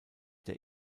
der